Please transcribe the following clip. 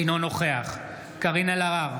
אינו נוכח קארין אלהרר,